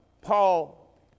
Paul